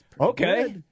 Okay